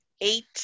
eight